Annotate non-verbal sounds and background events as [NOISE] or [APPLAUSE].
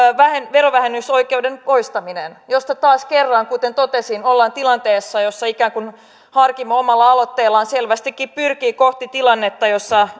verovähennysoikeuden poistaminen jolloin taas kerran kuten totesin ollaan tilanteessa jossa ikään kuin harkimo omalla aloitteellaan selvästikin pyrkii kohti tilannetta jossa [UNINTELLIGIBLE]